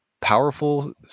powerful